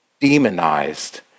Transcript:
demonized